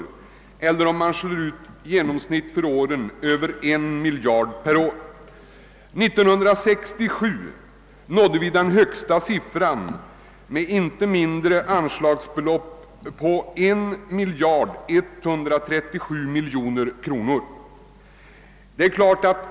I genomsnitt blir det över en miljard per år. 1967 nådde vi den högsta siffran. Då anslogs ett belopp av inte mindre än 1137 miljoner kronor.